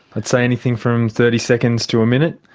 i'd say anything from thirty seconds to a minute.